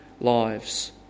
lives